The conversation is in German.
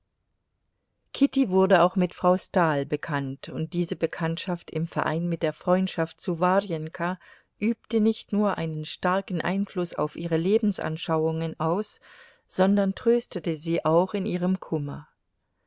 kitty wurde auch mit frau stahl bekannt und diese bekanntschaft im verein mit der freundschaft zu warjenka übte nicht nur einen starken einfluß auf ihre lebensanschauungen aus sondern tröstete sie auch in ihrem kummer